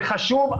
זה חשוב,